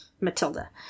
Matilda